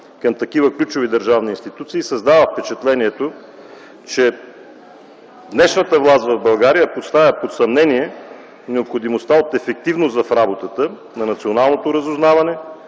към такива ключови държавни институции създава впечатлението, че днешната власт в България поставя под съмнение необходимостта от ефективност в работата на националното разузнаване,